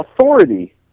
authority